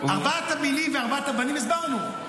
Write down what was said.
ארבעת המינים וארבעת הבנים הסברנו.